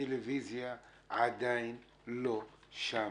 הטלוויזיה עדיין לא שם.